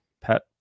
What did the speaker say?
pet